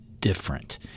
different